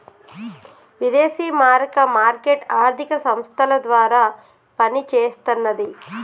విదేశీ మారక మార్కెట్ ఆర్థిక సంస్థల ద్వారా పనిచేస్తన్నది